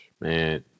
Man